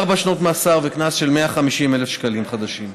ארבע שנות מאסר וקנס של 150,000 שקלים חדשים.